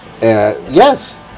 Yes